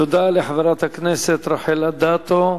תודה לחברת הכנסת רחל אדטו,